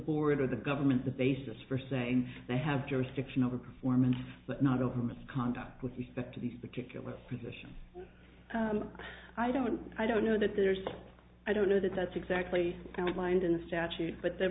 board or the government the basis for saying they have jurisdiction over performance but not over misconduct with respect to these particular positions i don't i don't know that there's i don't know that that's exactly kind of mind in the statute but the